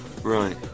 Right